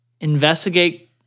investigate